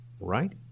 right